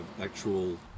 actual